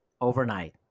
overnight